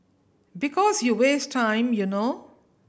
because you waste time you know